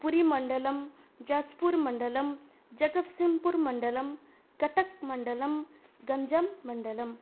पुरीमण्डलं जास्पुर्मण्डलं जगत्सिङ्म्पुर्मण्डलं कटक् मण्डलं गञ्जं मण्डलं